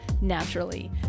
naturally